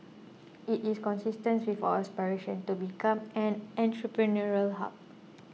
it is consistent with our aspiration to become an entrepreneurial hub